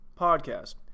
podcast